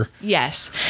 Yes